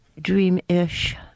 dream-ish